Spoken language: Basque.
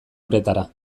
uretara